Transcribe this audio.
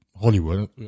Hollywood